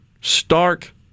stark